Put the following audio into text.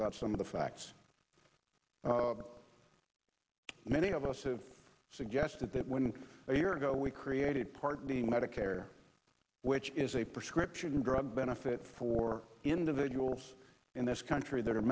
about some of the facts many of us have suggested that when a year ago we created part of the medicare which is a prescription drug benefit for individuals in this country that are